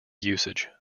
usage